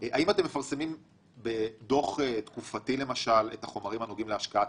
האם אתם מפרסמים בדוח תקופתי את החומרים הנוגעים להשקעת